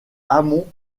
amont